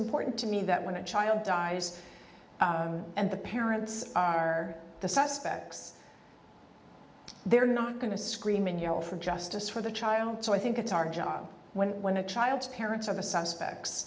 important to me that when a child dies and the parents are the suspects they're not going to scream and yell for justice for the child so i think it's our job when when a child's parents of a suspects